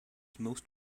most